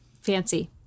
Fancy